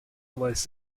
was